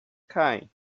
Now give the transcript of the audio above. caem